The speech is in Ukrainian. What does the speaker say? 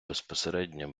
безпосередньо